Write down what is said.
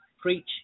Preach